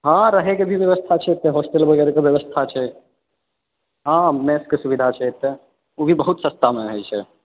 हँ रहयके भी व्यवस्था छै एतय होस्टल वगैरहके व्यवस्था छै हँ मैपके सुविधा छै एतय ओ भी बहुत सस्तामे छै